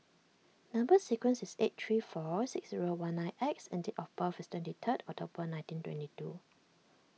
Number Sequence is eight three four six zero one nine X and date of birth is twenty third October nineteen twenty two